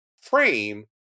frame